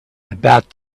about